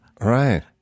Right